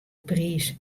priis